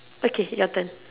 okay your turn